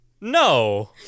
No